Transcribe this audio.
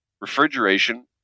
refrigeration